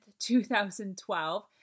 2012